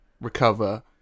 recover